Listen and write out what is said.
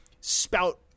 spout